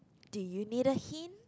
do you need a hint